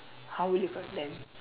how would you correct them